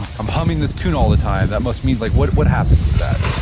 i'm humming this tune all the time. that must mean, like what what happens with that?